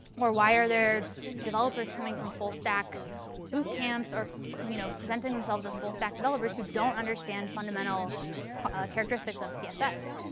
or why are there developers coming from full stack bootcamps or you know presenting themselves as full stack developers who don't understand fundamental characteristics of css?